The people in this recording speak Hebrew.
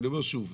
אני אומר שוב,